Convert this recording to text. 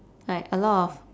like a lot of